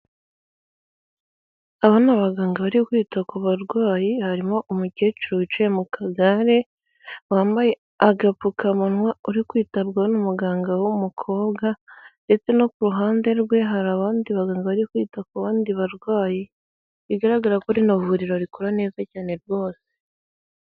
Aba ni baganga bari kwita ku barwayi harimo umukecuru wicaye mu kagare wa mbaye agapfukamunwa uri kwitabwaho n'umuganga w'umukobwa, ndetse no ku ruhande rwe hari abandi baganga bari kwita ku bandi barwayi. Bigaragara ko rino vuriro rikora neza cyane rwose.